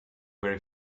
very